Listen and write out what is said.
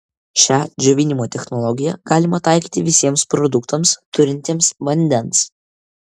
šią džiovinimo technologiją galima taikyti visiems produktams turintiems vandens